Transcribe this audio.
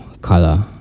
color